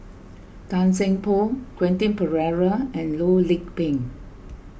Tan Seng Poh Quentin Pereira and Loh Lik Peng